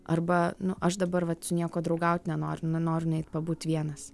arba nu aš dabar vat su niekuo draugaut nenoriu nu noriu nueit pabūt vienas